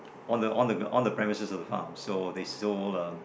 on the on the on the premises of the farm so they still um